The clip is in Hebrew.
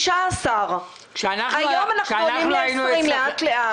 15. היום אנחנו עולים ל-20 לאט-לאט.